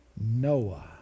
Noah